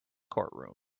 courtroom